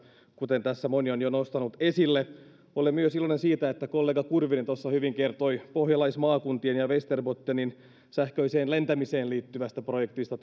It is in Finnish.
kuten tässä moni on jo nostanut esille olen myös iloinen siitä että kollega kurvinen tuossa hyvin kertoi pohjalaismaakuntien ja västerbottenin sähköiseen lentämiseen liittyvästä projektista